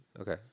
Okay